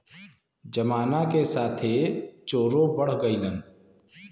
जमाना के साथे चोरो बढ़ गइलन